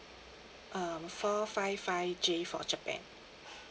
um four five five J for japan